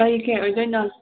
ꯀꯔꯤ ꯀꯦꯛ ꯑꯣꯏꯗꯣꯏꯅꯣ